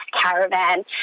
caravan